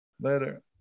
later